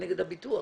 הביטוח.